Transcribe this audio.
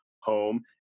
home